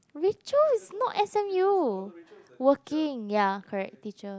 Rachael is not S_M_U working ya correct teacher